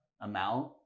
amount